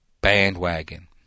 bandwagon